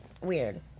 Weird